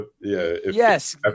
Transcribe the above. Yes